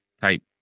type